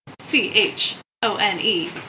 C-H-O-N-E